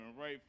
right